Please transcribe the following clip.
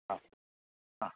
ह ह